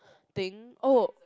thing oh